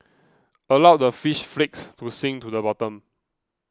allow the fish flakes to sink to the bottom